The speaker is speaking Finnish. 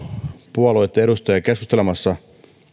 puolueitten edustajia keskustelemassa